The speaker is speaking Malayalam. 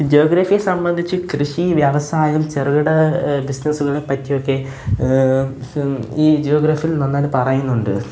ജോഗ്രഫിയെ സംബന്ധിച്ച് കൃഷി വ്യവസായം ചെറുകിട ബിസിനസുകളെ പറ്റിയൊക്കെ ഈ ജോഗ്രഫിയിൽ നന്നായിട്ട് പറയുന്നുണ്ട്